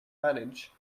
manage